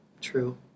True